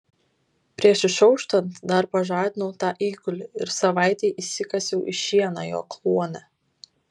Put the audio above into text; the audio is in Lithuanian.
prieš išauštant dar pažadinau tą eigulį ir savaitei įsikasiau į šieną jo kluone